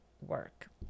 work